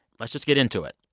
let's just get into it.